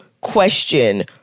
question